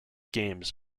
games